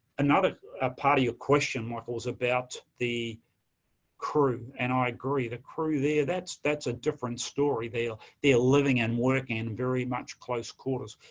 another ah part of your question, michael, was about the crew. and i agree, the crew there, that's that's a different story. they're living and working in very much close quarters.